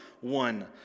one